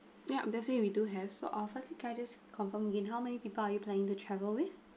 ya definitely we do have so firstly can I just confirm again how many people are you planning to travel with